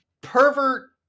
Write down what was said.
pervert